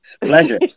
pleasure